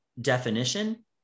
definition